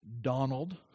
Donald